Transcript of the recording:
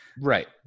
Right